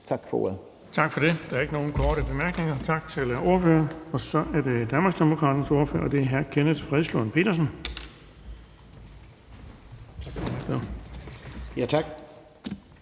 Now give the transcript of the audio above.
fg. formand (Erling Bonnesen): Der er ikke nogen korte bemærkninger. Tak til ordføreren. Så er det Danmarksdemokraternes ordfører, og det er hr. Kenneth Fredslund Petersen. Kl.